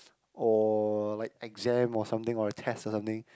oh like exam or something or a test or something